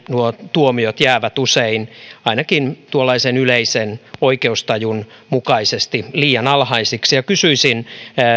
tuomiot jäävät usein ainakin tuollaisen yleisen oikeustajun mukaisesti liian alhaisiksi